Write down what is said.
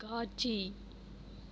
காட்சி